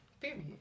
Period